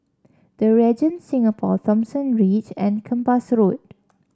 The Regent Singapore Thomson Ridge and Kempas Road